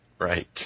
Right